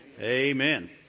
Amen